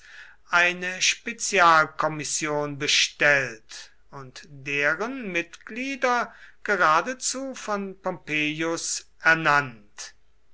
eine spezialkommission bestellt und deren mitglieder geradezu von pompeius ernannt